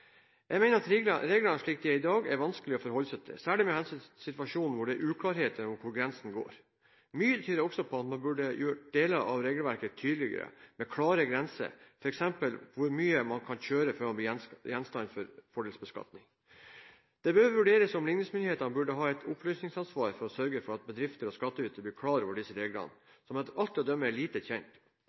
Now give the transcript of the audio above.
Jeg mener at reglene – slik de er i dag – er vanskelige å forholde seg til, særlig med hensyn til situasjoner hvor det er uklarheter om hvor grensene går. Mye tyder også på at man burde gjøre deler av regelverket tydeligere, men med klare grenser, f.eks. for hvor mye man kan gjøre før man blir gjenstand for fordelsbeskatning. Det bør vurderes om ligningsmyndighetene burde ha et opplysningsansvar for å sørge for at bedrifter og skattytere blir klar over disse reglene, som etter alt å dømme er lite kjent,